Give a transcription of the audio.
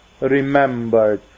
remembered